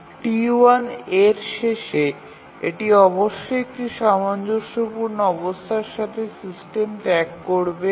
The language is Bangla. T1 a এর শেষে এটি অবশ্যই একটি সামঞ্জস্যপূর্ণ অবস্থার সাথে সিস্টেম ত্যাগ করবে